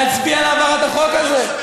להצביע בעד העברת החוק הזה.